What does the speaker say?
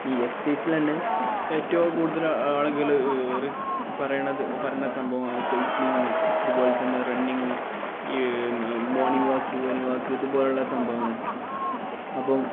ഈ എക്സസൈസില് തന്നെ ഏറ്റവും കൂടുതൽ ആളുകള് പറയുന്നത് പറയുന്ന സംഭവം സൈക്ലിങ്ങ് അതുപോലെ തന്നെ റണ്ണിങ് ഈ മോർണിങ് വാക്ക് ഈവനിംഗ് വാക്ക് ഇതുപോലുള്ള സംഭവങ്ങളൊക്കെ അപ്പോള്